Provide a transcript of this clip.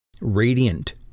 radiant